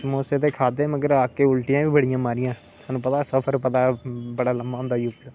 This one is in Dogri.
समोसे दे खाद्धे आके उलटियां बी बड़ियां मारियां थहानू पता सफर बड़ा लम्मा होंदा दिल्ली दा